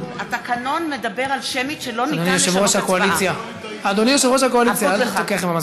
אדוני יושב-ראש הקואליציה, אל תתווכח עם המזכירה.